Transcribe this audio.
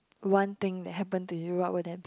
one thing that happenned to you what would that be